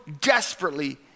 desperately